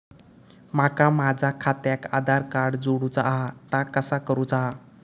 माका माझा खात्याक आधार कार्ड जोडूचा हा ता कसा करुचा हा?